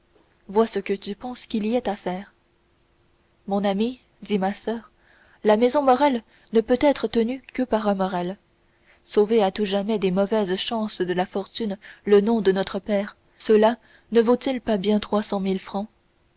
vois ce que tu penses qu'il y ait à faire mon ami dit ma soeur la maison morrel ne peut être tenue que par un morrel sauver à tout jamais des mauvaises chances de la fortune le nom de notre père cela ne vaut-il pas bien trois cent mille francs